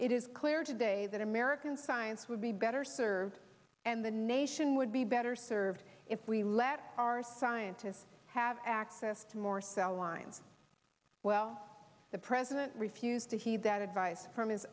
it is clear today that american science would be better served and the nation would be better served if we let our scientists have access to more cell lines well the president refused to heed that advice from his